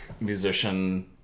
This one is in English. musician